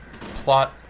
plot